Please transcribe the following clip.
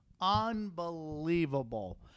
unbelievable